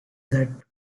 that